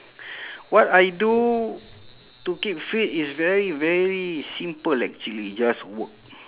what I do to keep fit is very very simple actually just work